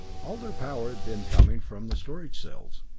all their power had been coming from the storage cells,